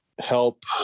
help